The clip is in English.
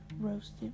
roasted